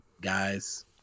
guys